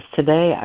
Today